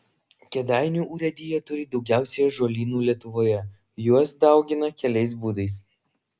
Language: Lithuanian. kėdainių urėdija turi daugiausiai ąžuolynų lietuvoje juos daugina keliais būdais